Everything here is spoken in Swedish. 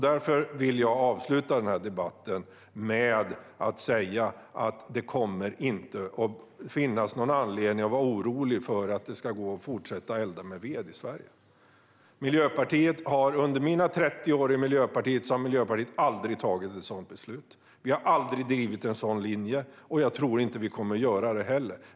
Därför vill jag avsluta den här debatten med att säga att det inte kommer att finnas någon anledning att vara orolig för att det inte ska gå att fortsätta elda med ved i Sverige. Under mina 30 år i Miljöpartiet har partiet aldrig tagit ett sådant beslut. Vi har aldrig drivit en sådan linje, och jag tror inte att vi kommer att göra det heller.